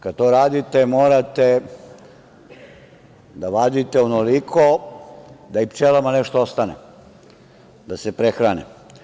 Kada to radite morate da vadite onoliko da i pčelama nešto ostane da se prehrane.